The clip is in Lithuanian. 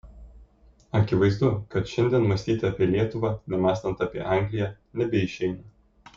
akivaizdu kad šiandien mąstyti apie lietuvą nemąstant apie angliją nebeišeina